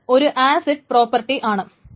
ഇത് ഒരു ACID property ആണ്